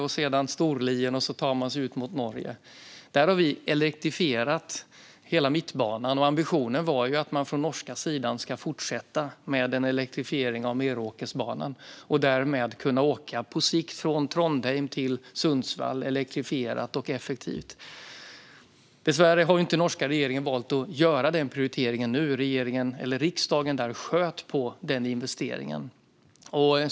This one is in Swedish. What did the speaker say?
Man passerar Storlien och tar sig mot Norge. Där har vi elektrifierat hela mittbanan. Ambitionen var att man på norska sidan skulle fortsätta med en elektrifiering av Meråkersbanan. Därmed skulle man på sikt kunna åka från Trondheim till Sundsvall, elektrifierat och effektivt. Dessvärre har inte norska regeringen valt att göra den prioriteringen nu. Regeringen eller riksdagen där sköt på den investeringen.